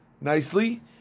nicely